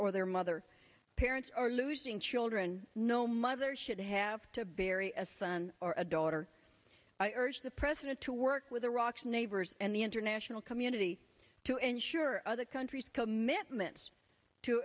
or their mother parents are losing children no mother should have to bury a son or a daughter i urge the president to work with iraq's neighbors and the international community to ensure other countries commitments to